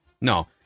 No